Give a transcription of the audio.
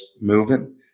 moving